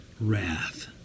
wrath